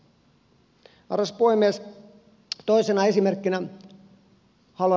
arvoisa puhemies